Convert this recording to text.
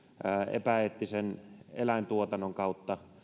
epäeettisen eläintuotannon kautta